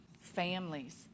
families